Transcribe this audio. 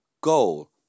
goal